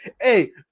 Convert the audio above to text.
hey